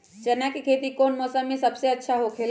चाना के खेती कौन मौसम में सबसे अच्छा होखेला?